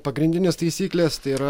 pagrindinės taisyklės tai yra